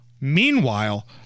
meanwhile